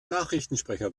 nachrichtensprecher